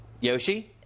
Yoshi